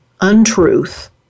untruth